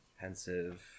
pensive